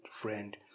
friend